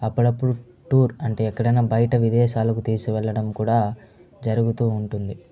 అప్పుడప్పుడు టూర్ అంటే ఎక్కడన్నా బయట విదేశాలకు తీసువెళ్ళడం కూడా జరుగుతూ ఉంటుంది